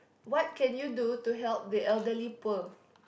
what can you do to help the elderly poor